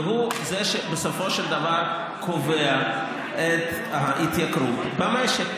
והוא זה שבסופו של דבר קובע את ההתייקרות במשק.